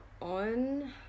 on